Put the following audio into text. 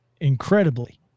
Incredibly